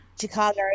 Chicago